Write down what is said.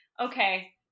Okay